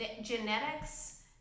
Genetics